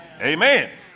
Amen